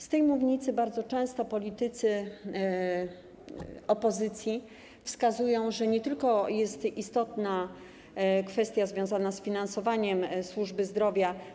Z tej mównicy bardzo często politycy opozycji wskazują, że istotna jest nie tylko kwestia związana z finansowaniem służby zdrowia.